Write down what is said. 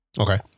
Okay